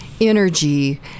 energy